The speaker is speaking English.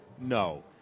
No